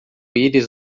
íris